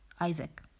Isaac